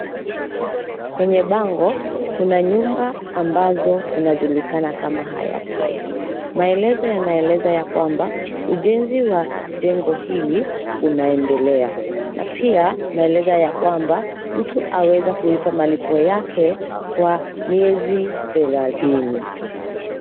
Kwenye bango kuna nyumba ambazo zinajulikana kama Hayat Heights. Maelezo yanaeleza ya kwamba ujenzi wa jengo hili unaendelea na pia unaeleza ya kwamba mtu aweza kulipa malipo yake kwa miezi thelathini.